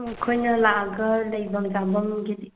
ꯑꯩꯈꯣꯏꯅ ꯂꯥꯛꯑꯒ ꯂꯩꯚꯝ ꯆꯥꯚꯝꯒꯤꯗꯤ